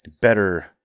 better